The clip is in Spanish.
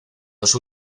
los